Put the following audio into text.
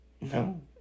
No